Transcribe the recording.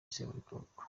seburikoko